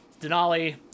Denali